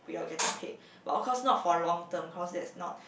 without getting paid but of course not for long term cause that's not